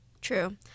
True